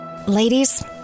Ladies